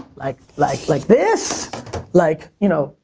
like like like this like you know,